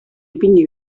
ipini